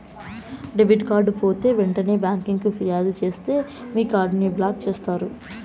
debit card పోతే ఎంటనే బ్యాంకికి ఫిర్యాదు సేస్తే మీ కార్డుని బ్లాక్ చేస్తారు